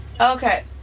Okay